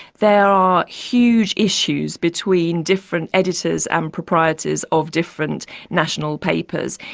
there are huge issues between different editors and proprietors of different national papers.